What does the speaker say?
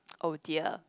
oh dear